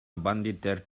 бандиттер